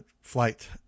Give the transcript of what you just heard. flight